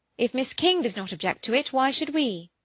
if miss king does not object to it, why should we?